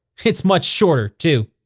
it's much shorter, too.